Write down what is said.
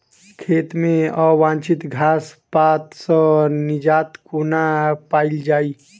खेत मे अवांछित घास पात सऽ निजात कोना पाइल जाइ?